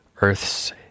earth's